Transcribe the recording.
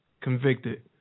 convicted